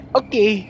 okay